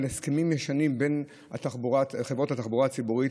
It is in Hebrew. על הסכמים ישנים בין חברות התחבורה הציבורית,